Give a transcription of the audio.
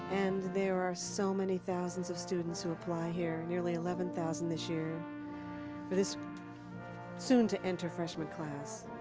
and there are so many thousands of students who apply here, nearly eleven thousand this year for this soon-to-enter freshman class.